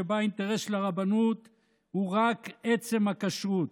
שבה האינטרס של הרבנות הוא רק עצם הכשרות,